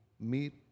Meet